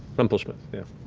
rumpleschmutz, yeah.